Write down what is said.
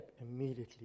immediately